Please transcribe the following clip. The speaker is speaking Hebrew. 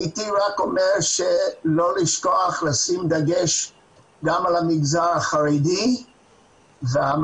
הייתי רק אומר לא לשכוח לשים דגש גם על המגזר החרדי ומערכת